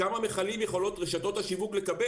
כמה מכלים יכולות רשתות השיווק לקבל?